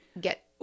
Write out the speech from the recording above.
get